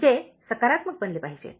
जे सकारात्मक बनले पाहिजेत